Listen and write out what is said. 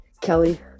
Kelly